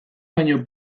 baino